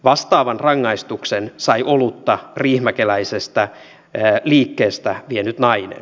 vastaavan rangaistuksen sai olutta riihimäkeläisestä liikkeestä vienyt nainen